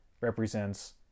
represents